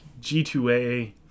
G2A